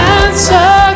answer